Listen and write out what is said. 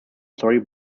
story